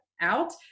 out